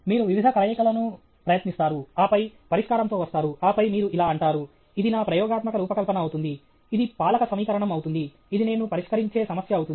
మీరు వివిధ కలయికలను ప్రయత్నిస్తారు ఆపై పరిష్కారంతో వస్తారు ఆపై మీరు ఇలా అంటారు ఇది నా ప్రయోగాత్మక రూపకల్పన అవుతుంది ఇది పాలక సమీకరణం అవుతుంది ఇది నేను పరిష్కరించే సమస్య అవుతుంది